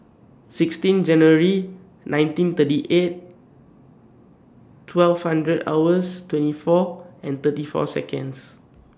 sixteen January nineteen thirty eight twelve hundred hours twenty four and thirty four Seconds